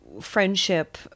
friendship